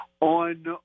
on